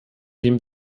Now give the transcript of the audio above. dem